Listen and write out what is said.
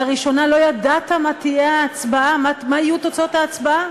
לראשונה לא ידעת מה יהיו תוצאות ההצבעה.